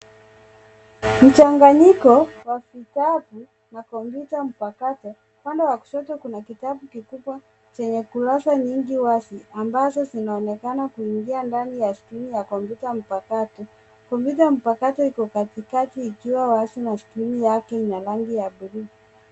Mchanganyiko wa vitabuna kompyuta mpakato, pande wa kushoto kuna kitabu kikubwa chenye kurasa nyingi wazi ,ambazo zinaonekana kuingia ndani ya skrini ya kompyuta mpakato. Kompyuta mpakato iko katikati ikiwa wazi na skirini yake ni ya rangi ya buluu.